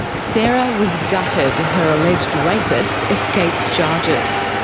sarah was gutted her alleged rapist escaped charges.